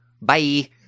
bye